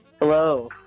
Hello